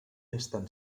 estan